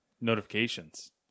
notifications